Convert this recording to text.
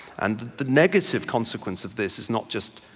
and the negative consequence of this is not just,